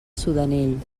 sudanell